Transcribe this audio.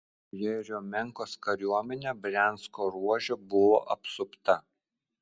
jeriomenkos kariuomenė briansko ruože buvo apsupta